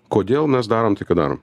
kodėl mes darom tai ką darom